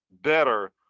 better